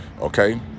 okay